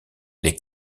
les